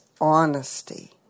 honesty